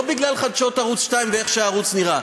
לא בגלל חדשות ערוץ 2 ואיך הערוץ נראה,